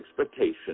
expectation